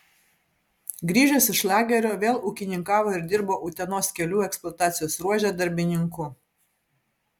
grįžęs iš lagerio vėl ūkininkavo ir dirbo utenos kelių eksploatacijos ruože darbininku